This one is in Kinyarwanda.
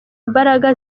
imbaraga